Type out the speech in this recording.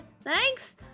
Thanks